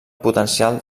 potencial